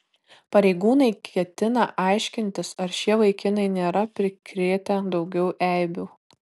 pareigūnai ketina aiškintis ar šie vaikinai nėra prikrėtę daugiau eibių